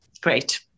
great